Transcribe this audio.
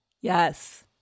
Yes